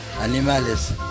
animales